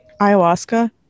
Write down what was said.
Ayahuasca